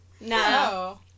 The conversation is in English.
No